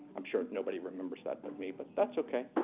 i'm sure nobody remembers that but me, but that's ok.